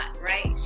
right